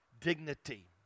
dignity